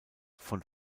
von